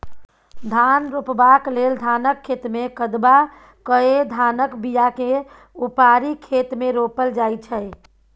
धान रोपबाक लेल धानक खेतमे कदबा कए धानक बीयाकेँ उपारि खेत मे रोपल जाइ छै